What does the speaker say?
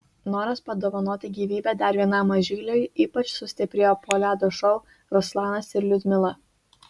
noras padovanoti gyvybę dar vienam mažyliui ypač sustiprėjo po ledo šou ruslanas ir liudmila